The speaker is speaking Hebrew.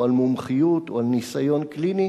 או על מומחיות או על ניסיון קליני,